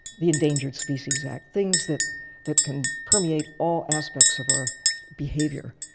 the endangered species act, things that that can permeate all aspects of our behavior.